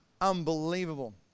Unbelievable